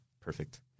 Perfect